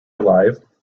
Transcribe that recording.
alive